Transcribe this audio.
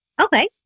okay